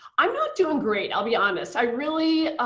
i'm not doing great, i'll be honest. i really,